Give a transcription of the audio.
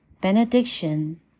Benediction